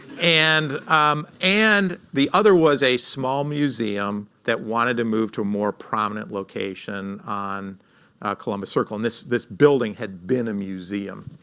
and um and the other was a small museum that wanted to move to a more prominent location on columbus circle. and this this building had been a museum.